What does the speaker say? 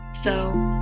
So-